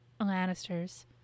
Lannisters